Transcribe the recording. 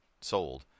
sold